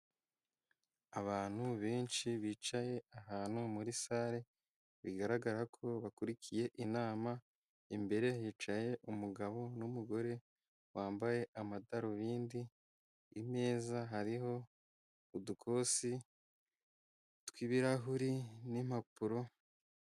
Abantu benshi bicaye ahantu muri sare, bigaragara ko bakurikiye inama, imbere hicaye umugabo n'umugore wambaye amadarubindi, imeza hariho udukosi tw'ibirahuri n'impapuro.